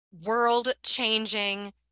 world-changing